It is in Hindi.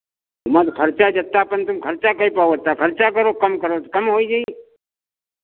ओमा तो खर्चा जेत्ता अपन तुम खर्चा कइ पाव ओत्ता खर्चा करो कम करो तो कम होइ जाई